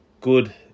good